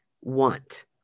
want